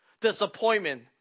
disappointment